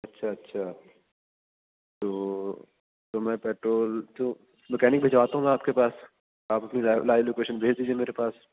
اچھا اچھا تو تو میں پیٹرول ٹو مکینک بھجواتا ہوں میں آپ کے پاس آپ اپنی لائیو لوکیشن بھیج دیجیئے میرے پاس